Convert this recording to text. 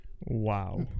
Wow